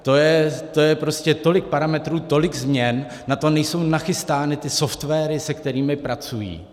To je prostě tolik parametrů, tolik změn, na to nejsou nachystány softwary, se kterými pracují.